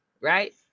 Right